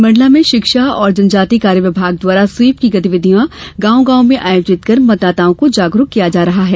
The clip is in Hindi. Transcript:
मंडला में शिक्षा एवं जनजाति कार्य विभाग द्वारा स्वीप की गतिविधियां गांव गांव में आयोजित कर मतदाताओं को जागरूक किया जा रहा है